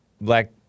black